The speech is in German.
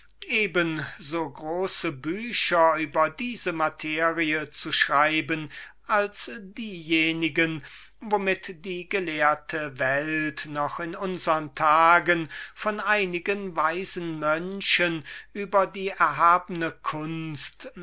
so große bücher über diese materie zu schreiben als diejenigen womit die gelehrte welt noch in unsern tagen von einigen weisen mönchen über die erhabne kunst